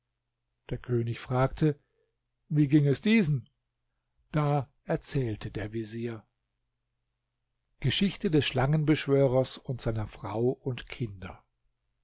der könig fragte wie ging es diesen da erzählte der vezier geschichte des schlangenbeschwörers und seiner frau und kinder